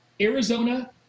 Arizona